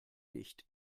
nicht